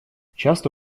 часто